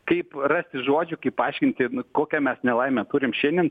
kaip rasti žodžių kaip paaiškinti nu kokią mes nelaimę turim šiandien